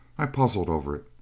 i puzzled over it.